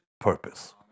purpose